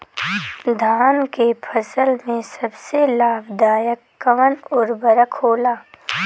धान के फसल में सबसे लाभ दायक कवन उर्वरक होला?